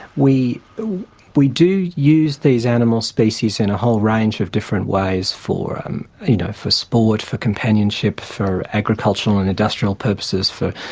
we we do use these animal species in a whole range of different ways for um you know for sport, for companionship, for agricultural and industrial purposes. purposes.